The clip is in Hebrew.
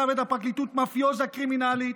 ואת הפרקליטות מאפיוזה קרימינלית.